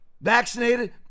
Vaccinated